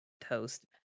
toast